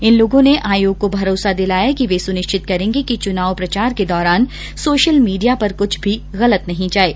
इन लोगों ने आयोग को भरोसा दिलाया है कि वे सुनिश्चित करेंगे कि चुनाव प्रचार के दौरान सोशल मीडिया पर कुछ भी गलत नहीं जाये